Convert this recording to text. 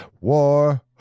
war